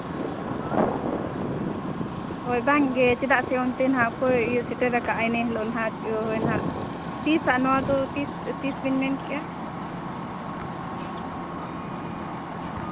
ᱦᱳᱭ ᱵᱟᱝᱜᱮ ᱪᱮᱫᱟᱜ ᱥᱮ ᱚᱱᱛᱮ ᱱᱟᱜ ᱚᱠᱚᱭ ᱥᱮᱴᱮᱨᱟᱠᱟᱜᱼᱟᱭ ᱤᱱᱟᱹ ᱦᱤᱞᱳᱜ ᱦᱟᱸᱜ ᱦᱳᱭ ᱦᱟᱸᱜ ᱛᱤᱥᱟᱜ ᱱᱚᱣᱟ ᱫᱚ ᱛᱤᱥ ᱵᱮᱱ ᱢᱮᱱ ᱠᱮᱫᱟ